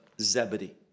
Zebedee